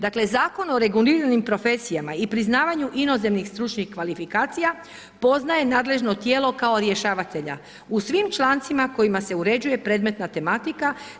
Dakle, Zakonom o reguliranim profesijama i priznavanju inozemnih stručnih kvalifikacija poznaje nadležno tijelo kao rješavatelja u svim člancima kojima se uređuje predmetna tematika.